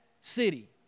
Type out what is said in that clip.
city